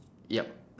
yup